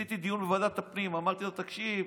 עשיתי דיון בוועדת הפנים/ אמרתי לו: תקשיב,